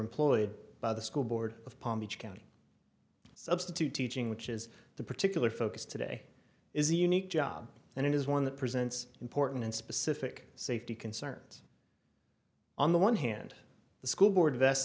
employed by the school board of palm beach county substitute teaching which is the particular focus today is a unique job and it is one that presents important and specific safety concerns on the one hand the school board vest